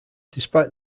despite